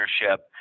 leadership